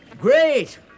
great